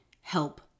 help